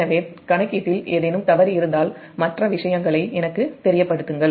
எனவே கணக்கீட்டில் ஏதேனும் தவறு இருந்தால் எனக்குத் தெரியப்படுத்துங்கள்